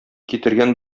китергән